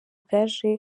bwaje